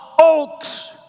oaks